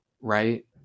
Right